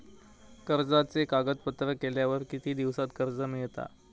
कर्जाचे कागदपत्र केल्यावर किती दिवसात कर्ज मिळता?